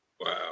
Wow